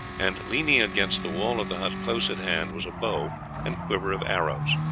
and leaning against the wall of the hut close at hand was a bow and quiver of arrows.